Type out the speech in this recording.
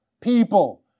People